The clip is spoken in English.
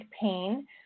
pain